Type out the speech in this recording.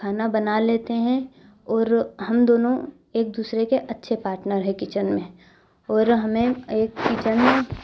खाना बना लेते हैं और हम दोनों एक दूसरे के अच्छे पार्टनर हैं किचन में और हमें एक किचन में